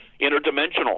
interdimensional